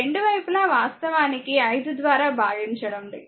రెండు వైపులా వాస్తవానికి 5 ద్వారా భాగించండి